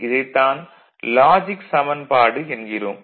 இதைத் தான் லாஜிக் சமன்பாடு என்கிறோம்